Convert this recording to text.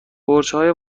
برجهای